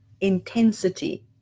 intensity